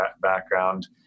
background